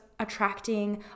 attracting